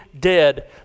dead